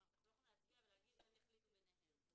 אנחנו לא יכולים להצביע ולהגיד הם יחליטו ביניהם.